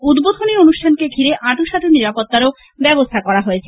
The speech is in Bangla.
উদ্বোধনী অনুষ্ঠানকে ঘিরে আঁটোসাটো নিরাপত্তারও ব্যবস্থা করা হয়েছে